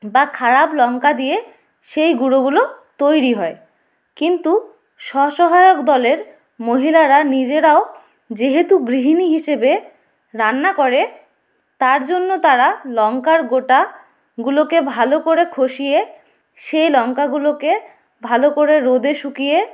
বা খারাপ লঙ্কা দিয়ে সেই গুঁড়োগুলো তৈরি হয় কিন্তু স্ব সহায়ক দলের মহিলারা নিজেরাও যেহেতু গৃহিণী হিসেবে রান্না করে তার জন্য তারা লঙ্কার গোটাগুলোকে ভালো করে খসিয়ে সেই লঙ্কাগুলোকে ভালো করে রোদে শুকিয়ে